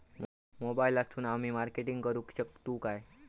मोबाईलातसून आमी मार्केटिंग करूक शकतू काय?